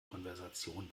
konversation